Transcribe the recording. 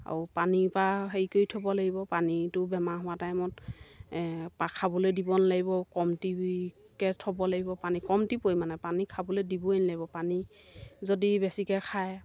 আৰু পানীৰপৰা হেৰি কৰি থ'ব লাগিব পানীটো বেমাৰ হোৱা টাইমত খাবলৈ দিব নালাগিব কমটি কৈ থ'ব লাগিব পানী কমটি পৰিমাণে পানী খাবলৈ দিবই নালাগিব পানী যদি বেছিকৈ খায়